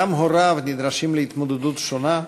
גם הוריו נדרשים להתמודדות שונה,